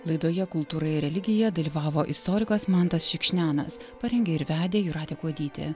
laidoje kultūra ir religija dalyvavo istorikas mantas šikšnianas parengė ir vedė jūratė kuodytė